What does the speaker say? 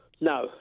No